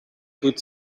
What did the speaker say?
good